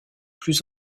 plus